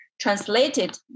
translated